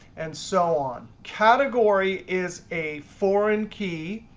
and so on. category is a foreign key.